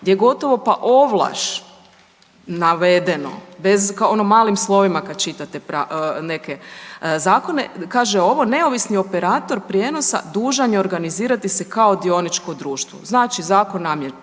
gdje je gotovo pa ovlaš navedeno bez, ono malim slovima kad čitate neke zakone, kaže ovo neovisni operator prijenosa dužan je organizirati se kao dioničko društvo. Znači zakon nameće bez